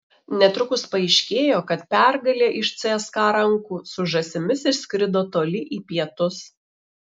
netrukus paaiškėjo kad pergalė iš cska rankų su žąsimis išskrido toli į pietus